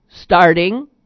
starting